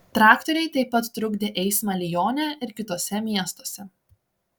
traktoriai taip pat trukdė eismą lione ir kituose miestuose